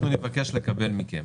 אנחנו נבקש לקבל מכם